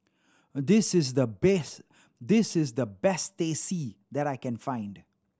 this is the best this is the best Teh C that I can find